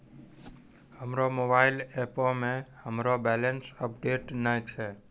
हमरो मोबाइल एपो मे हमरो बैलेंस अपडेट नै छै